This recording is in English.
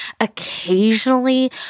Occasionally